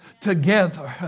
together